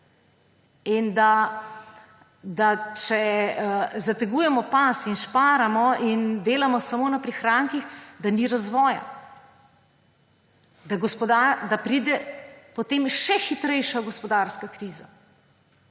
in da če zategujemo pas in šparamo in delamo samo na prihrankih, da ni razvoja, da pride potem še hitrejša gospodarska kriza.